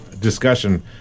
discussion